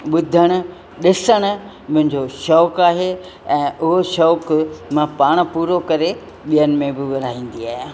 ॿुधणु ॾिसणु मुंहिंजो शौक़ु आहे ऐं उहो शौक़ु मां पाण पूरो करे ॿियनि में बि विरहाईंदी आहियां